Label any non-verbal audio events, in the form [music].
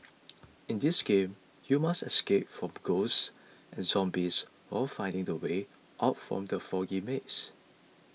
[noise] in this game you must escape from ghosts and zombies while finding the way out from the foggy maze